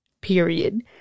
period